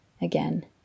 again